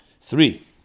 Three